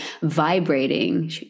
vibrating